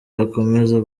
yakomeza